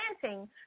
planting